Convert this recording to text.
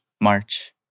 March